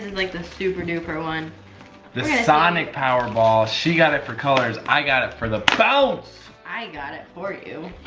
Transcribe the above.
like the super-duper one. the sonic powerball. she got it for colors, i got it for the bounce! i got it for you,